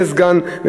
סגן שר האוצר,